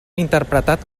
interpretat